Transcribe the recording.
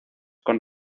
con